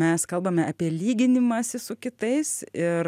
mes kalbame apie lyginimąsi su kitais ir